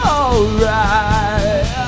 alright